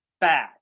bad